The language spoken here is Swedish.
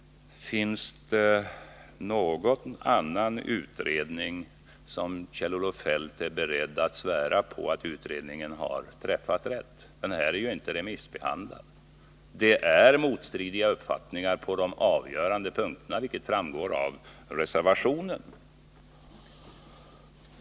Finns det någon annan utredning som Kjell-Olof Feldt är beredd att svära på har träffat rätt? Den här utredningen är inte remissbehandlad. Det förekommer där motstridiga uppfattningar om de avgörande punkterna, vilket framgår av reservationen.